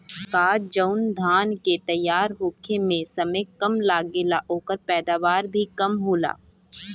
का जवन धान के तैयार होखे में समय कम लागेला ओकर पैदवार भी कम होला?